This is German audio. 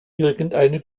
irgendeine